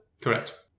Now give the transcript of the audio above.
Correct